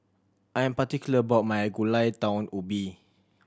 I am particular about my Gulai Daun Ubi